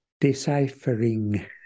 Deciphering